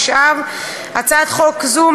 התשע"ו 2016. הצעת חוק זו,